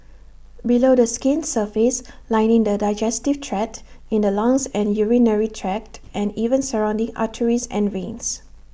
below the skin's surface lining the digestive tract in the lungs and urinary tract and even surrounding arteries and veins